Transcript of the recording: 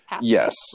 yes